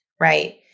Right